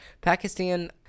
Pakistan